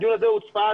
הדיון הזה הוא על צפת,